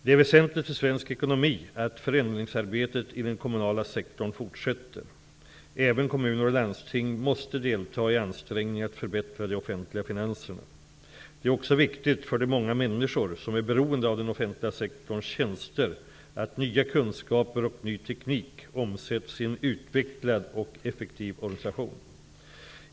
Det är väsentligt för svensk ekonomi att förändringsarbetet i den kommunala sektorn fortsätter. Även kommuner och landsting måste delta i ansträngningarna att förbättra de offentliga finanserna. Det är också viktigt för de många människor som är beroende av den offentliga sektorns tjänster att nya kunskaper och ny teknik omsätts i en utvecklad och effektiv organisation.